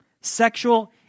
sexual